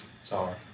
Sorry